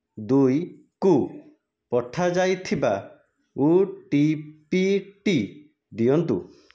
ଦୁଇକୁ ପଠାଯାଇଥିବା ଓଟିପିଟି ଦିଅନ୍ତୁ